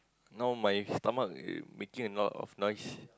now my stomach making a lot of noise